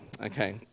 okay